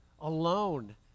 alone